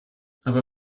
aber